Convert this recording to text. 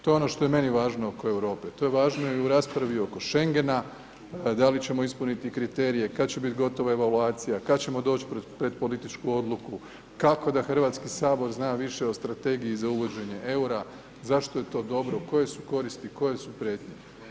To je ono što je meni važno oko Europe, to je važno i oko raspravi oko Schengena, da li ćemo ispuniti kriterije, kada će biti gotovo evaluacija, kada ćemo doći pred političku odluku, kako da Hrvatski sabor zna više o strategiji za uvođenje eura, zašto je to dobro, koje su koristi, koje su prijetnje.